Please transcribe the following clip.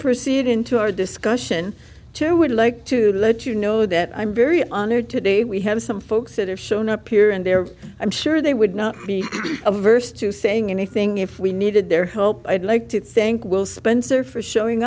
proceed into our discussion to would like to let you know that i'm very honored today we have some folks that have shown up here and there i'm sure they would not be averse to saying anything if we needed their help i'd like to thank we'll spencer for showing